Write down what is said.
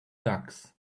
ducks